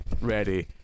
ready